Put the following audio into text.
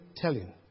telling